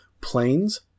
planes